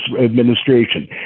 administration